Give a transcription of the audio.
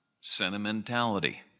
sentimentality